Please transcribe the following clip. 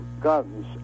guns